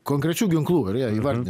konkrečių ginklų ir jie įvardinę